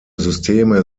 systeme